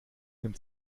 nimmt